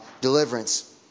deliverance